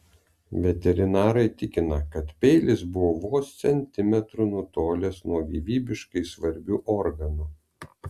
veterinarai tikina kad peilis buvo vos centimetru nutolęs nuo gyvybiškai svarbių organų